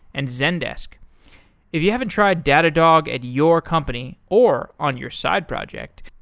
and zendesk if you haven't tried datadog at your company or on your side project,